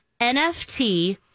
nft